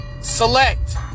select